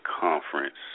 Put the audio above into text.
Conference